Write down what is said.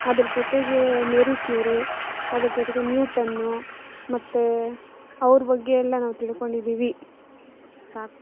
ಅದ್ರ ಜೊತೆಗೆ Marie Curie ಅದ್ರ ಜೊತೆಗೆ ನ್ಯೂಟನ್ನು ಮತ್ತು ಅವ್ರ ಬಗ್ಗೆ ಎಲ್ಲ ನಾವು ತಿಳ್ಕೊಂಡಿದ್ದೀವಿ ಸಾಕು